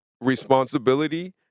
responsibility